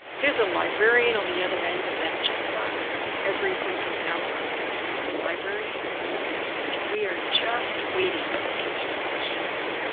there's a librarian on the other end of that chat box every open hour of the library and we are just waiting to answer your questions.